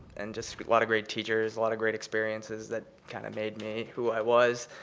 and just a lot of great teachers, a lot of great experiences that kind of made me who i was.